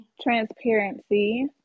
Transparency